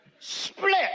split